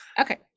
Okay